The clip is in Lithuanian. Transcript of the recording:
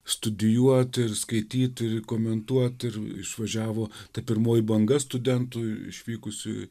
studijuot ir skaityt ir komentuot ir išvažiavo ta pirmoji banga studentų išvykusių